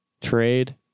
Trade